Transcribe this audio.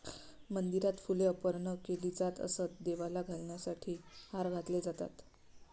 मंदिरात फुले अर्पण केली जात असत, देवाला घालण्यासाठी हार घातले जातात